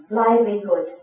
livelihood